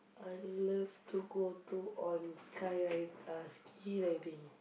I love to go to on sky ride uh ski riding